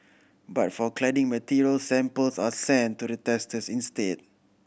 but for cladding materials samples are sent to the testers instead